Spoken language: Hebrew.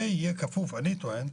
ואני טוען,